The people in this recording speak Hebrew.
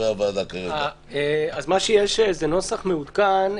מה שיש זה נוסח מעודכן: